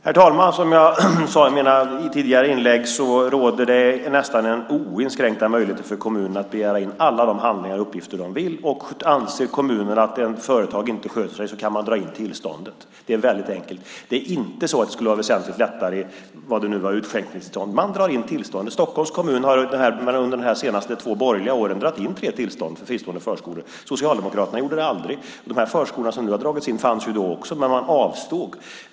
Herr talman! Som jag sade i mina tidigare inlägg råder det nästan oinskränkta möjligheter för kommunerna att begära in alla de handlingar och uppgifter de vill. Anser kommunen att ett företag inte sköter sig kan de dra in tillståndet. Det är väldigt enkelt. Det är inte så att det skulle vara väsentligt lättare när det gäller utskänkningstillstånd. I Stockholms kommun har man under de senaste två borgerliga åren dragit in tre tillstånd för fristående förskolor. Socialdemokraterna gjorde det aldrig. De förskolor för vilka tillståndet nu har dragits in fanns ju då också, men man avstod.